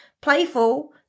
playful